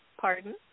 Pardon